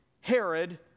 Herod